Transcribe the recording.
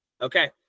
Okay